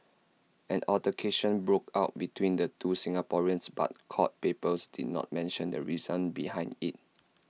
an altercation broke out between the two Singaporeans but court papers did not mention the reason behind IT